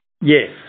Yes